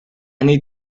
need